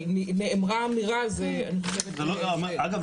אבל נאמרה אמירה --- אגב,